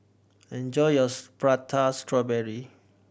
enjoy yours Prata Strawberry